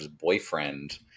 boyfriend